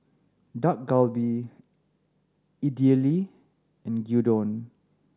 Dak Galbi Idili and Gyudon